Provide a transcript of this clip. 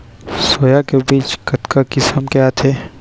Soya के बीज कतका किसम के आथे?